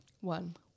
One